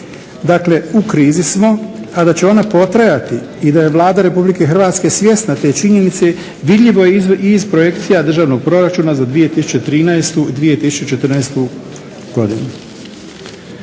Dakle, u krizi smo, a da će ona potrajati i da je Vlada RH svjesna te činjenice vidljivo je iz projekcija državnog proračuna za 2013.i 2014.godinu.